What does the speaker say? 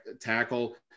tackle